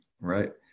right